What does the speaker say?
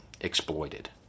exploited